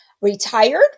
retired